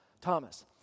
Thomas